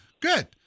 Good